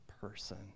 person